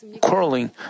quarreling